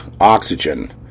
oxygen